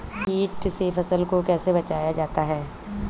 कीट से फसल को कैसे बचाया जाता हैं?